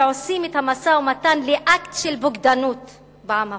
ועושים את המשא-ומתן לאקט של בוגדנות בעם הפלסטיני.